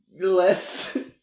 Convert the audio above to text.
less